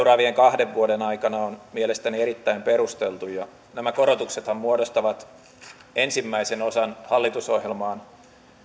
seuraavien kahden vuoden aikana on mielestäni erittäin perusteltu nämä korotuksethan muodostavat ensimmäisen osan hallitusohjelmaan